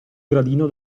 gradino